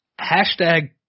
Hashtag